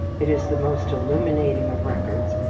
it is the most illuminating of records,